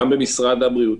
גם במשרד הבריאות,